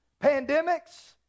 Pandemics